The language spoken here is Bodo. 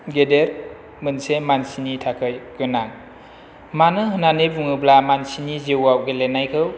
गेदेर मोनसे मानसिनि थाखाय गोनां मानो होनानै बुङोब्ला मानसिनि जिउआव गेलेनायखौ